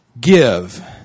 give